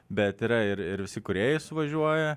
bet yra ir ir visi kūrėjai suvažiuoja